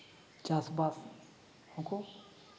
ᱪᱟᱥᱼᱵᱟᱥ ᱦᱚᱸᱠᱚ